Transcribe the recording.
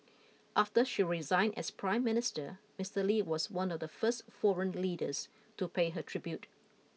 after she resigned as Prime Minister Mister Lee was one of the first foreign leaders to pay her tribute